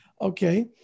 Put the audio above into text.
Okay